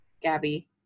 Gabby